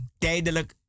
tijdelijk